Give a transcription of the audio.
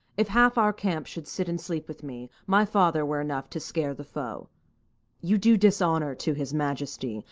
if half our camp should sit and sleep with me, my father were enough to scare the foe you do dishonour to his majesty,